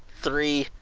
three,